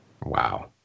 Wow